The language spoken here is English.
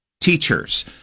Teachers